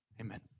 amen